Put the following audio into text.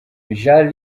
jean